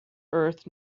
earth